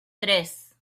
tres